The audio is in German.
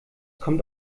kommt